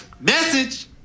Message